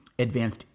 advanced